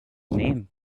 name